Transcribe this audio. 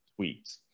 tweets